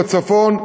בצפון,